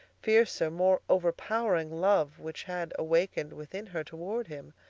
fiercer, more overpowering love, which had awakened within her toward him.